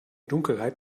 dunkelheit